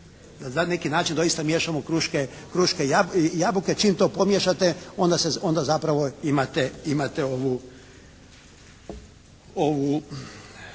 na neki način doista miješamo kruške i jabuke. Čim to pomiješate onda zapravo imate ovu